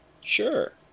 Sure